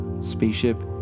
Spaceship